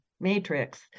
matrix